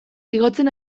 igotzen